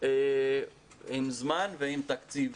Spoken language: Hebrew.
עם זמן ועם תקציב.